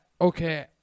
okay